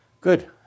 Good